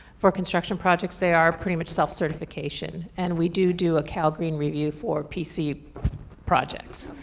for construction projects, they are pretty much self-certification. and we do do a calgreen review for pc projects.